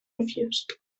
refused